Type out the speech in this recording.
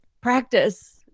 practice